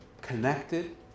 Connected